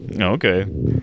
okay